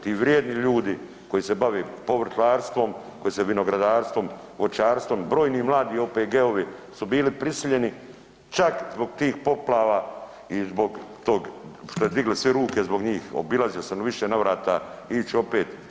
Ti vrijedni ljudi koji se bave povrtlarstvom, koji se vinagradarstvom, voćarstvom brojni mladi OPG-ovi su bili prisiljeni čak zbog tih poplava i zbog toga što si digli svi ruke zbog njih obilazio sam u više navrata i ići ću opet.